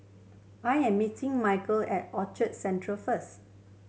I am meeting at Orchard Central first